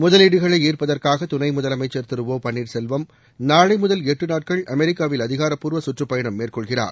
முதலீடுகளை ஈர்ப்பதற்காக துணை முதலமைச்சர் திரு ஓ பன்ளீர்செல்வம் நாளை முதல் எட்டு நாட்கள் அமெரிக்காவில் அதிகாரப்பூர்வ சுற்றுப்பயணம் மேற்கொள்கிறார்